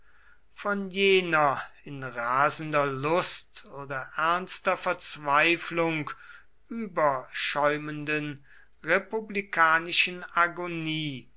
von jener in rasender lust oder ernster verzweiflung überschäumenden republikanischen agonie